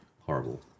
horrible